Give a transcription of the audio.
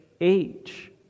age